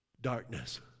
darkness